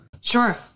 Sure